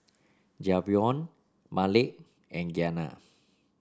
Javion Malik and Giana